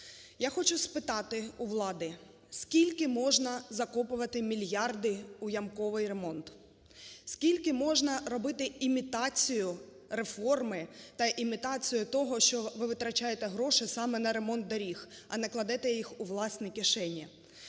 Я хочу спитати у влади, скільки можна закопувати мільярди у ямковий ремонт? Скільки можна робити імітацію реформи та імітацію того, що ви витрачаєте гроші саме на ремонт доріг, а не кладете їх у власні кишені?